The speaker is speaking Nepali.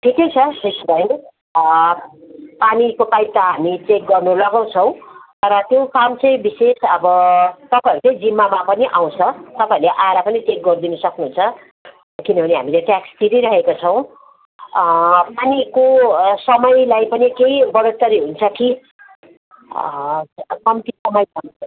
ठिकै छ त्यसो भए पानीको पाइप त हामी चेक गर्नु लगाउछौँ तर त्यो काम चाहिँ विशेष अब तपाईँहरूकै जिम्मामा पनि आउँछ तपाईँहरूले आएर पनि चेक गरिदिनु सक्नुहुन्छ किनभने हामीले ट्याक्स तिरिरहेका छौँ पानीको समयलाई पनि केही बढोत्तरी हुन्छ कि कम्ती समय